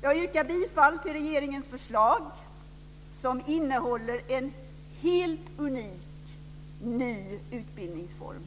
Jag yrkar bifall till regeringens förslag som innehåller en helt unik, ny utbildningsform